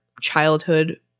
childhood